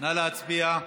נא להצביע.